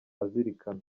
azirikana